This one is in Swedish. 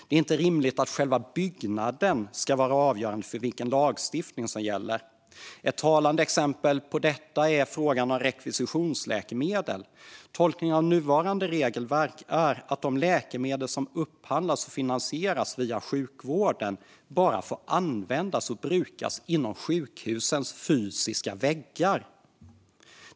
Det är inte rimligt att själva byggnaden ska vara avgörande för vilken lagstiftning som gäller. Ett talande exempel är frågan om rekvisitionsläkemedel. Tolkningen av nuvarande regelverk är att de läkemedel som upphandlas och finansieras via sjukvården bara får brukas inom sjukhusens fysiska väggar.